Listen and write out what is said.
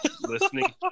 listening